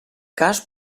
cas